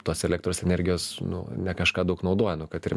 tos elektros energijos nu ne kažką daug naudoja nu kad ir